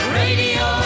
radio